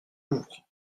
ouvre